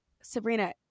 Sabrina